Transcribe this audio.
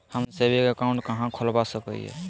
हम saving account कहाँ खोलवा सको हियै?